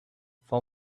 for